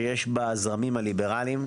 שיש בזרמים הליברליים,